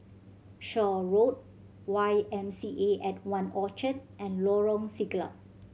Shaw Road Y M C A at One Orchard and Lorong Siglap